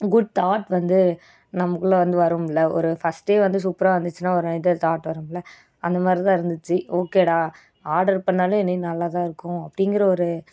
good thought வந்து நமக்குள்ளே வந்து வரும்ல ஒரு ஃபஸ்ட்டே வந்து சூப்பராக வந்துச்சுன்னா ஒரு இது தாட் வரும்ல அந்த மாதிரி தான் இருந்துச்சு ஓகேடா ஆர்டர் பண்ணாலே இனி நல்லா தான் இருக்கும் அப்படிங்கிற ஒரு